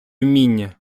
вміння